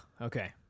Okay